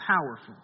powerful